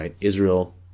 Israel